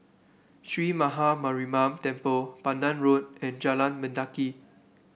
Sree Maha Mariamman Temple Pandan Road and Jalan Mendaki